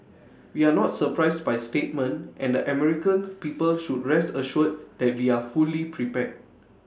we are not surprised by statement and the American people should rest assured that we are fully prepared